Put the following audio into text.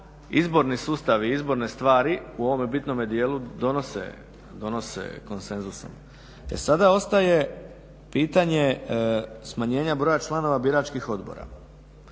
izborni sustavi i izborne stvari u ovome bitnome djelu donose konsenzusom. E sada ostaje pitanje smanjenje broja članova biračkih odbora.